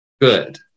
good